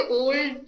old